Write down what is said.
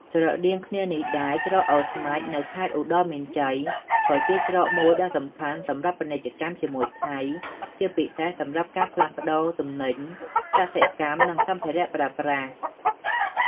ស្រដៀងគ្នានេះដែរ ច្រកអូស្មាច់ នៅខេត្តឧត្តរមានជ័យ ក៏ជាច្រកមួយដ៏សំខាន់សម្រាប់ពាណិជ្ជកម្មជាមួយថៃ ជាពិសេសសម្រាប់ការផ្លាស់ប្តូរទំនិញកសិកម្ម និងសម្ភារៈប្រើប្រាស់។